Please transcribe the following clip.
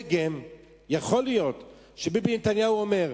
יכול להיות שביבי נתניהו אומר: